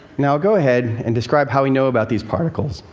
now i'll go ahead and describe how we know about these particles,